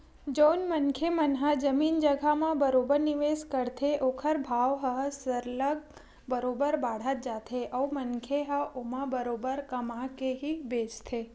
जउन मनखे मन ह जमीन जघा म बरोबर निवेस करथे ओखर भाव ह सरलग बरोबर बाड़त जाथे अउ मनखे ह ओमा बरोबर कमा के ही बेंचथे